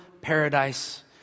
paradise